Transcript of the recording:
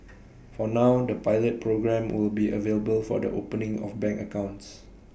for now the pilot programme will be available for the opening of bank accounts